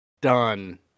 done